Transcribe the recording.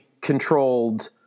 controlled